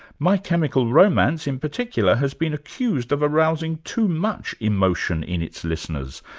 my chemical romance, in particular, has been accused of arousing too much emotion in its listeners,